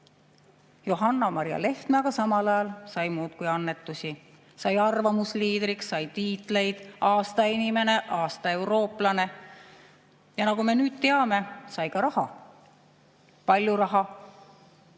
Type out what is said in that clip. Johanna-Maria Lehtme aga samal ajal sai muudkui annetusi. Sai arvamusliidriks, sai tiitleid: aasta inimene, aasta eurooplane. Ja nagu me nüüd teame, sai ka raha. Palju raha.